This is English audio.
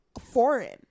foreign